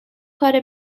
کار